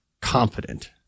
confident